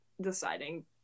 deciding